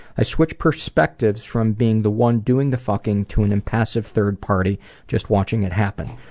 i switch perspectives from being the one doing the fucking to an impassive third party just watching it happen.